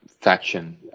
faction